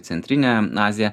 centrinę aziją